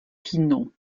pinon